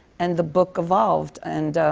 and the book evolved. and,